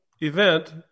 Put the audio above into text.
event